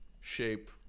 shape